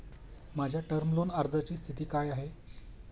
माझ्या term loan अर्जाची स्थिती काय आहे?